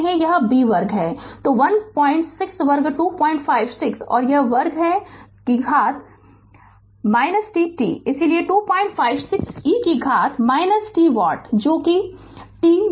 तो 16 वर्ग 256 और यह वर्ग है तो e से घात तक 10 t इसलिए 256 e से घात 10 t वाट जो t के लिए t 0 है